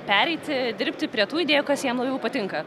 pereiti dirbti prie tų idėjų kas jam labiau patinka